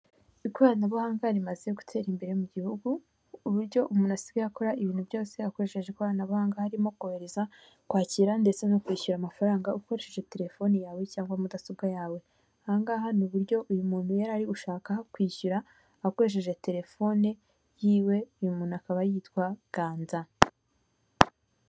ikoranabuhanga rimaze gutera imbere mu gihugu, kuburyo umuntu asigaye akora ibintu byose akoresheje ikoranabuhanga harimo kohereza kwakira ndetse no kwishyura amafaranga ukoresheje terefone yawe cyangwa mudasobwa yawe, ahangahan ni uburyo uyu muntu yari ari gushaka kwishyura akoresheje terefone yiwe, uyu muntu akaba yitwa Ganza.